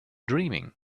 dreaming